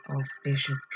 auspicious